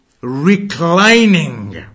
reclining